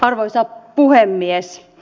arvoisa puhemies